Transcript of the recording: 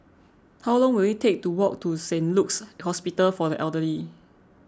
how long will it take to walk to Saint Luke's Hospital for the Elderly